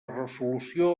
resolució